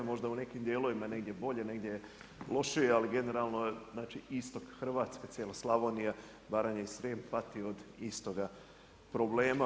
Možda u nekim dijelovima je negdje bolje, negdje je lošije, ali generalno znači istok Hrvatske, cijela Slavonija, Baranja i Srijem pati od istoga problema.